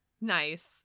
Nice